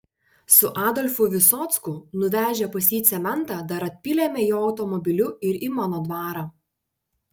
su adolfu visocku nuvežę pas jį cementą dar atpylėme jo automobiliu ir į mano dvarą